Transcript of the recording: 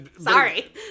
Sorry